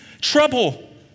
trouble